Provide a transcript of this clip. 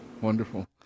Wonderful